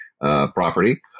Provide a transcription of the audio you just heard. property